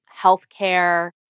healthcare